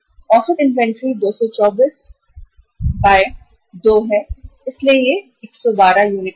औसत इन्वेंट्री 2242 है इसलिए यह 112 यूनिट होगी